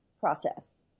process